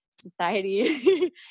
society